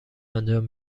انجام